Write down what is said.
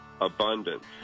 abundance